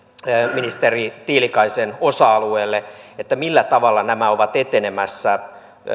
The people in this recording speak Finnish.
ministeri tiilikaisen osa alueelle millä tavalla nämä ovat etenemässä